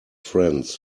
friends